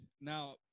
Now